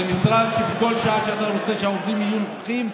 זה משרד שבכל שעה שאתה רוצה שהעובדים יהיו נוכחים,